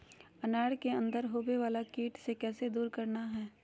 अनार के अंदर होवे वाला कीट के कैसे दूर करना है?